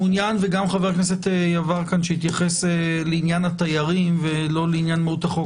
וגם חבר הכנסת יברקן שהתייחס לעניין התיירים ולא לעניין מהות החוק.